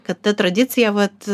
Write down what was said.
kad ta tradicija vat